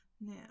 Now